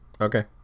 Okay